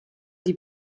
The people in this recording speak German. die